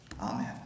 Amen